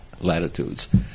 latitudes